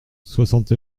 soixante